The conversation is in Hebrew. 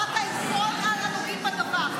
שמעת את כל הנוגעים בדבר,